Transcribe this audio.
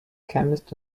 chemist